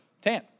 tan